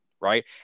right